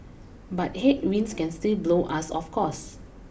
but headwinds can still blow us off course